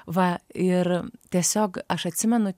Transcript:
va ir tiesiog aš atsimenu